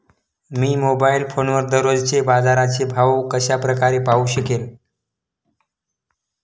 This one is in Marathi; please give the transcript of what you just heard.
मी मोबाईल फोनवर दररोजचे बाजाराचे भाव कशा प्रकारे पाहू शकेल?